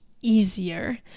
easier